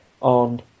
on